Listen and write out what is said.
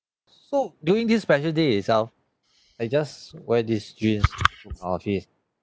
so during this special day itself I just wear this jeans to office